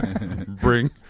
bring